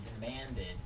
demanded